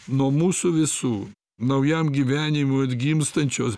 nuo mūsų visų naujam gyvenimui atgimstančios